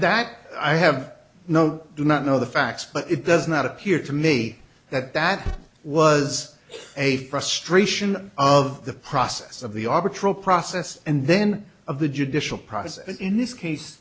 that i have no do not know the facts but it does not appear to me that that was a frustration of the process of the arbitral process and then of the judicial process in this case